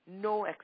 No